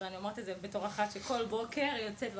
ואני אומרת את זה בתור אחת שכל בוקר יוצאת,